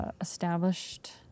established